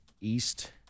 East